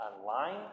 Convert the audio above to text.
online